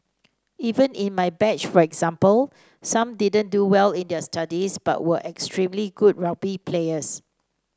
even in my batch for example some didn't do well in their studies but were extremely good rugby players